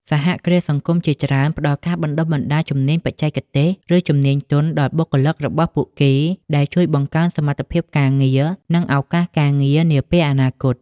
សហគ្រាសសង្គមជាច្រើនផ្តល់ការបណ្តុះបណ្តាលជំនាញបច្ចេកទេស ឬជំនាញទន់ដល់បុគ្គលិករបស់ពួកគេ ដែលជួយបង្កើនសមត្ថភាពការងារ និងឱកាសការងារនាពេលអនាគត។